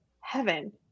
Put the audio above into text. heaven